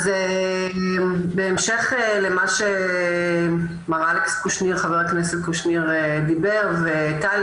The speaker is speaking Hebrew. בהמשך למה שחבר הכנסת קושניר דיבר וטלי